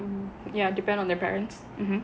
ya depend on their parents